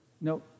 No